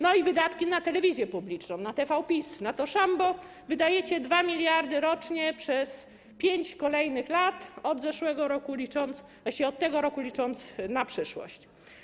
No i wydatki na telewizję publiczną: na TVPiS, na to szambo wydajecie 2 mld rocznie przez kolejnych 5 lat, od zeszłego roku licząc, właściwie od tego roku licząc, na przyszłość.